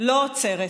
לא עוצרת.